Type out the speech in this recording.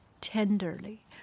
tenderly